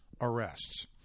arrests